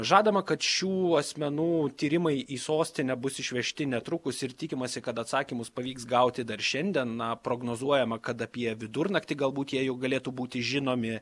žadama kad šių asmenų tyrimai į sostinę bus išvežti netrukus ir tikimasi kad atsakymus pavyks gauti dar šiandien na prognozuojama kad apie vidurnaktį galbūt jie jau galėtų būti žinomi